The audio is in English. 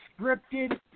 scripted